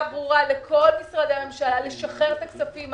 ברורה לכל משרדי הממשלה לשחרר את הכספים.